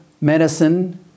medicine